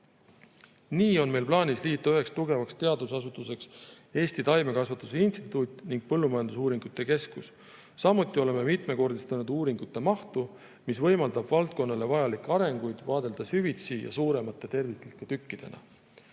Nii on meil plaanis liita üheks tugevaks teadusasutuseks Eesti Taimekasvatuse Instituut ning Põllumajandusuuringute Keskus. Samuti oleme mitmekordistanud uuringute mahtu, mis võimaldab valdkonnale vajalikke arenguid vaadelda süvitsi ja suuremate terviklike tükkidena.